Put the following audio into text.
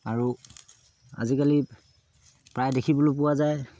আৰু আজিকালি প্ৰায়ে দেখিবলৈ পোৱা যায়